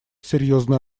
серьезную